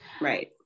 Right